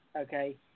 okay